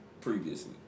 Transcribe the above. previously